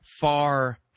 far